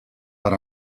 per